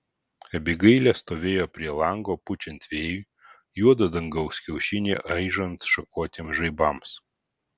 abigailė stovėjo prie lango pučiant vėjui juodą dangaus kiaušinį aižant šakotiems žaibams